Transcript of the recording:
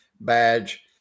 badge